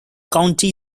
county